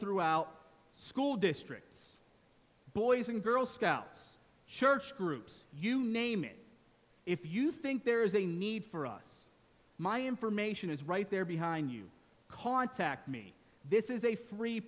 throughout school districts boys and girl scouts church groups you name it if you think there is a need for us my information is right there behind you call attacked me this is a free